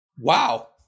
wow